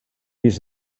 these